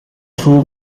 stoel